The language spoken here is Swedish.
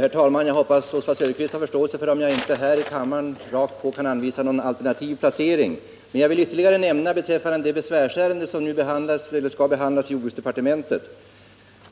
Herr talman! Jag hoppas att Oswald Söderqvist har förståelse för om jag inte här i kammaren rakt på kan anvisa någon alternativ placering. Men jag vill ytterligare säga något beträffande det besvärsärende som nu skall behandlas i jordbruksdepartementet.